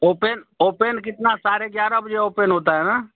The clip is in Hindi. ओपेन ओपन कितना साढ़े ग्यारह बजे ओपन होता है ना